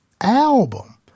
album